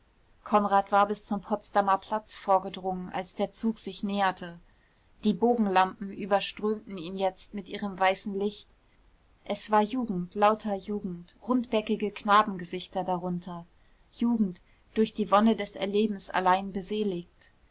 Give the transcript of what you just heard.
konrad war bis zum potsdamer platz vorgedrungen als der zug sich näherte die bogenlampen überströmten ihn jetzt mit ihrem weißen licht es war jugend lauter jugend rundbäckige knabengesichter darunter jugend durch die wonne des erlebens allein